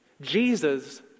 Jesus